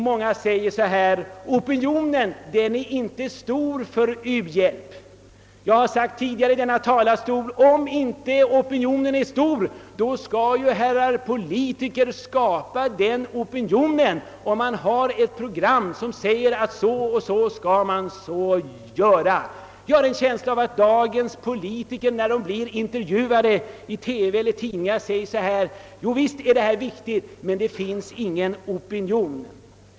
Många säger att opinionen för u-hjälp inte är tillräckligt stor. Jag har tidigare sagt i denna talarstol, att om opinionen inte är stor skall herrar politiker göra den stor. Jag har en känsla av att dagens politiker när de blir intervjuade i TV eller tidningar säger att visst är frågan viktig men det finns ingen opinion.